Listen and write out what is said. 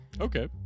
Okay